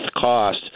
cost